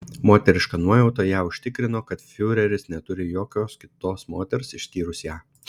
moteriška nuojauta ją užtikrino kad fiureris neturi jokios kitos moters išskyrus ją